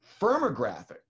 firmographic